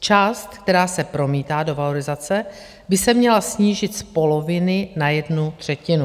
Část, která se promítá do valorizace, by se měla snížit z poloviny na jednu třetinu.